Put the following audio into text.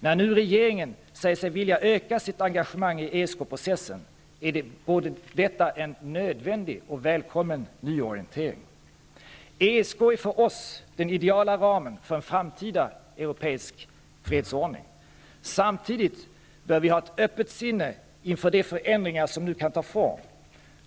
När nu regeringen säger sig vilja öka sitt engagemang i ESK-processen är detta en både nödvändig och välkommen nyorientering. ESK är för oss den ideala ramen för en framtida europeisk fredsordning. Samtidigt bör vi ha ett öppet sinne inför de förändringar som nu kan ta form.